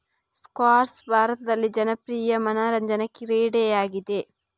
squash ಭಾರತದಲ್ಲಿ ಜನಪ್ರಿಯ ಮನರಂಜನಾ ಕ್ರೀಡೆಯಾಗಿದೆ